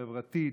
חברתית,